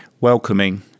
welcoming